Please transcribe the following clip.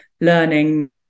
learning